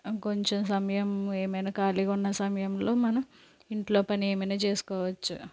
కొంచం సమయం ఏమైన ఖాళీగా ఉన్న సమయంలో మనం ఇంట్లో పని ఏమన్న చేసుకోవచ్చు